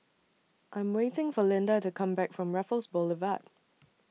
I Am waiting For Linda to Come Back from Raffles Boulevard